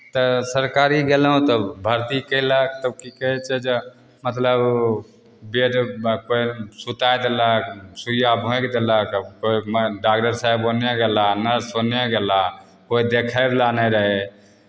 तऽ सरकारी गेलहुँ तऽ भरती कयलक तऽ की कहै छै जे मतलब बेडमे कोइ सुताए देलक सुइआ भोँकि देलक ओहिमे डागदर साहेब ओन्नऽ गेला नर्स ओन्नऽ गेला कोइ देखयवला नहि रहय